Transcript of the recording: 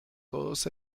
todos